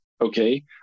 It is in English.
Okay